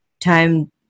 time